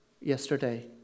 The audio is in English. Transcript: yesterday